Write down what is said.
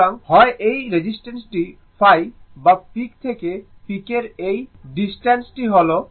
সুতরাং হয় এই ডিসটেন্স টি ϕ বা পিক থেকে পিক এর এই ডিসটেন্সটি হল